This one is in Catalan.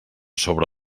sobre